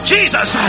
Jesus